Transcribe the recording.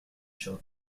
show